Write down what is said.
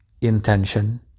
Intention